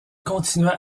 continua